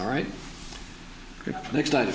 right next time